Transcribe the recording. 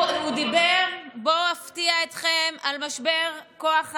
הוא דיבר, בואו אפתיע אתכם, על משבר כוח האדם,